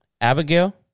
Abigail